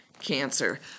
cancer